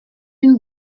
une